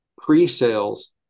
pre-sales